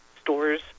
stores